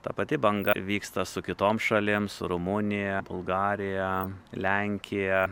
ta pati banga vyksta su kitom šalim su rumunija bulgarija lenkija